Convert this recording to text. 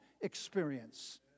experience